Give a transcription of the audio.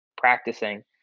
practicing